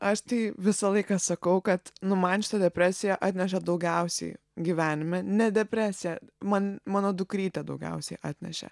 aš tai visą laiką sakau kad nu man šita depresija atnešė daugiausiai gyvenime ne depresija man mano dukrytė daugiausiai atnešė